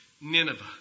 Nineveh